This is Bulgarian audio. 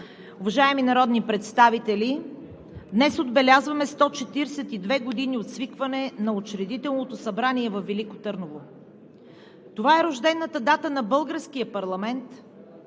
Уважаеми народни представители, днес отбелязваме 142 години от свикване на Учредителното събрание във Велико Търново. Това е рождената дата на българския парламент,